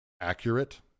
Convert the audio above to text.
accurate